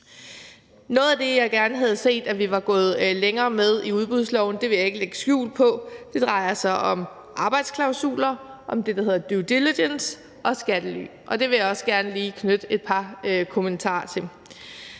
Noget af det, jeg gerne havde set at vi var gået længere med i udbudsloven – det vil jeg ikke lægge skjul på – drejer sig om arbejdsklausuler, om det, der hedder due diligence, og om skattely, og det vil jeg også gerne lige knytte et par kommentarer til.